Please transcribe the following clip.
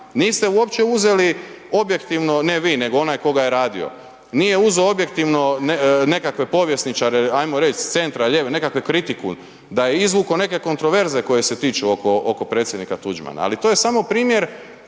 niste uopće uzeli objektivno, ne vi, nego onaj ko ga je radio, nije uzeo objektivno nekakve povjesničare, ajmo reć s centra, lijeve, nekakvu kritiku, da je izvukao nekakve kontraverze koje se tiču oko Predsjednika Tuđmana ali to je samo primjer